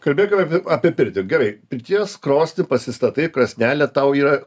kalbėkime apie apie pirtį gerai pirties krosnį pasistatai krosnelę tau yra